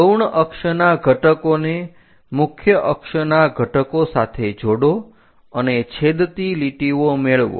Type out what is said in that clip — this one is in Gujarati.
ગૌણ અક્ષના ઘટકોને મુખ્ય અક્ષના ઘટકો સાથે જોડો અને છેદતી લીટીઓ મેળવો